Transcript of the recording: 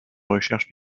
recherches